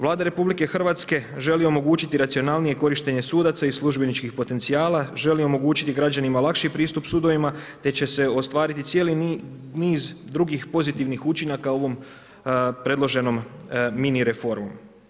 Vlada RH želi omogućiti racionalnije korištenje sudaca i službenih potencijala, želi omogućiti građanima lakši pristup sudovima, te će se ostvariti cijeli niz drugih pozitivnih učinaka u predloženom mini reformom.